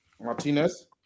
martinez